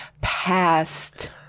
past